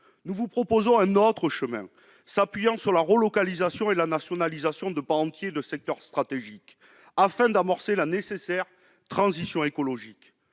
Nous proposons un autre chemin : il s'agit de s'appuyer sur la relocalisation et la nationalisation de pans entiers des secteurs stratégiques, afin d'amorcer la nécessaire transition écologique